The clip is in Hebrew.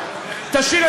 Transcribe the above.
חבר